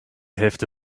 hälfte